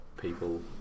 people